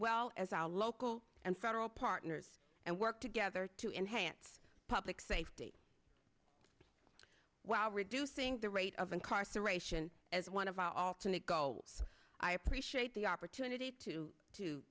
well as our local and federal partners and work together to enhance public safety while reducing the rate of incarceration as one of our alternate goals i appreciate the opportunity to to